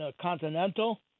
Continental